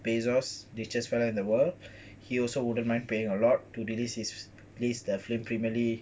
he also wouldn't mind paying a lot to release his the film premierly